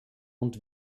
und